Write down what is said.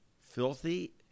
filthy